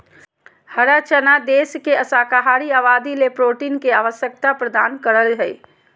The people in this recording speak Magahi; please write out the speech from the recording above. हरा चना देश के शाकाहारी आबादी ले प्रोटीन के आवश्यकता प्रदान करो हइ